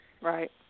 Right